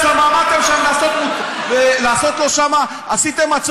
אתה שואל למה ראש הממשלה קיבל את המאבטח בחיבוק?